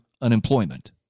unemployment